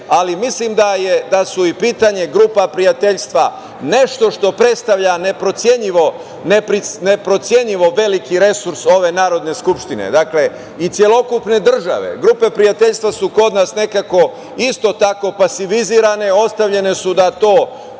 ali mislim da su i pitanje grupa prijateljstva nešto što predstavlja neprocenjivo veliki resurs ove Narodne skupštine i celokupne države. Grupe prijateljstva su kod nas nekako isto tako pasivizirane, ostavljene su da prosto